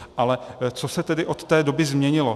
Ale co se tedy od té doby změnilo?